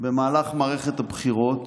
במהלך מערכת הבחירות